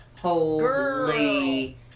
Holy